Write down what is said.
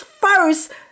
first